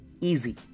easy